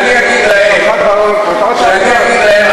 שאני אגיד, נשיא המדינה פתרת?